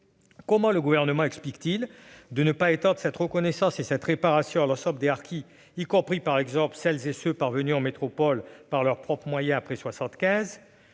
Comment le Gouvernement justifie-t-il de ne pas étendre cette reconnaissance et cette réparation à l'ensemble des harkis, y compris à celles et à ceux qui sont parvenus en métropole par leurs propres moyens après 1975 ?